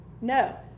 No